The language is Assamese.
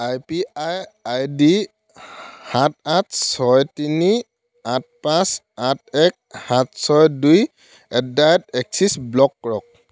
I P I I D সাত আঠ ছয় তিনি আঠ পাঁচ আঠ এক সাত ছয় দুই at the rate Axis block কৰক